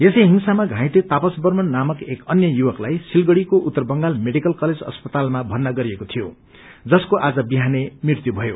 यसै हिंसामा घाइते तापस बर्मन नामक एक अन्य युवकलाई सिलीगुड़ीको उत्तर बंगाल मेडिकल कलेज अस्पतालमा भर्ना गरिएको शीीयो जसको आज विहानै मृत्यु भयो